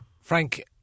Frank